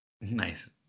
Nice